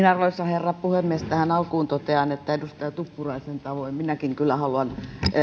arvoisa herra puhemies tähän alkuun totean että edustaja tuppuraisen tavoin minäkin kyllä haluan